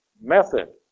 method